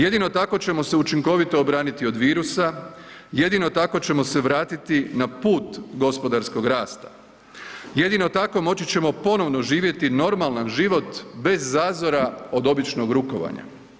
Jedino tako ćemo se učinkovito obraniti od virusa, jedino tako ćemo se vratiti na put gospodarskog rasta, jedino tako moći ćemo ponovno živjeti normalan život bez zazora od običnog rukovanja.